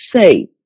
say